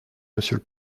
monsieur